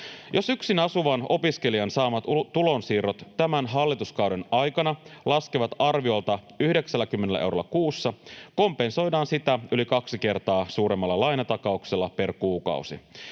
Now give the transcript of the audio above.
Jos yksin asuvan opiskelijan saamat tulonsiirrot tämän hallituskauden aikana laskevat arviolta 90 eurolla kuussa, kompensoidaan sitä yli kaksi kertaa suuremmalla lainatakauksella per kuukausi.